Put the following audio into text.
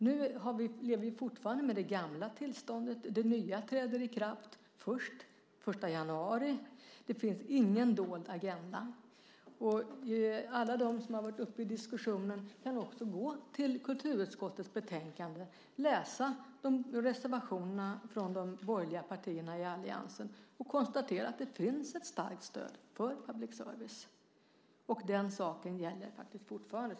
Nu lever vi fortfarande med det gamla tillståndet. Det nya träder i kraft den 1 januari. Det finns ingen dold agenda. Och alla som har varit uppe i diskussionen kan också läsa reservationerna från de borgerliga partierna i kulturutskottets betänkande och konstatera att det finns ett starkt stöd för public service. Och det gäller faktiskt fortfarande.